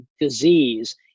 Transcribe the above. disease